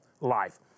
life